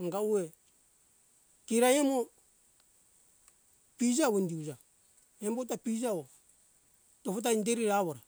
anga uwe kira imu pije awo indi euja embo ta pije awo tofo ta inderi awora